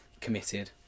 committed